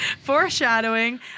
Foreshadowing